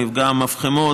מפגע המפחמות,